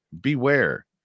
beware